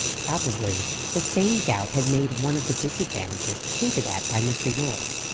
probably the same doubt had made one of the disadvantages hinted at by mr. yorke.